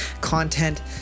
content